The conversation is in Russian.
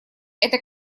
эта